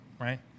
right